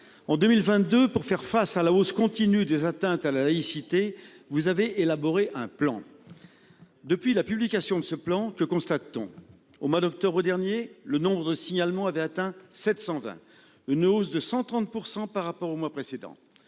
en 2022 pour faire face à la hausse continue des atteintes à la laïcité. Vous avez élaboré un plan. Depuis la publication de ce plan, que constate-t-on. Au mois d'octobre dernier, le nom de signalements avait atteint 720. Une hausse de 130% par rapport au mois précédent